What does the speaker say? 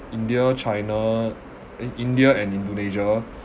india china eh india and indonesia